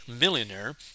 millionaire